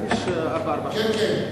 בכביש 443,